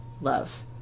love